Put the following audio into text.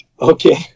Okay